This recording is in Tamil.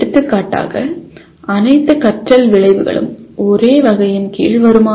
எடுத்துக்காட்டாக அனைத்து கற்றல் விளைவுகளும் ஒரே வகையின் கீழ் வருமா